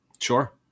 Sure